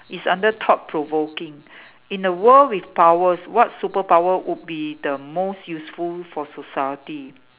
is under thought provoking in a world with powers what superpower would be the most useful for society